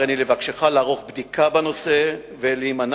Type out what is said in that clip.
הריני לבקשך לערוך בדיקה בנושא ולהימנע